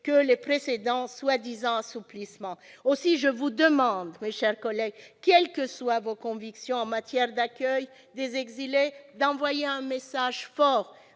que les précédents prétendus assouplissements. Aussi, je vous demande, mes chers collègues, quelles que soient vos convictions en matière d'accueil des exilés, d'envoyer un message fort